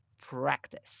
practice